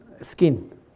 skin